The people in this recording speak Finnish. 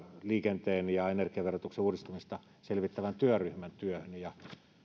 liikenteen ja energian verotuksen uudistamista selvittävän työryhmän työhön ja